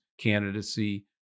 candidacy